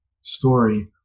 story